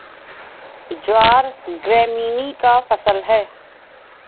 ज्वार Gramineae का फसल है